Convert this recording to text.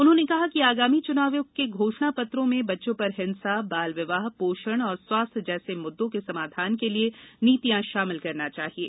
उन्होंने कहा कि आगामी चुनावों के घोषणा पत्रों में बच्चों पर हिंसा बाल विवाह पोषण और स्वास्थ्य जैसे मुद्दों के समाधान के लिये नीतियां शामिल करना चाहियें